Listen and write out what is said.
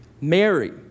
Mary